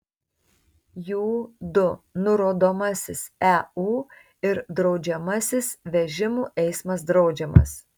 jų du nurodomasis eu ir draudžiamasis vežimų eismas draudžiamas